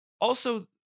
also-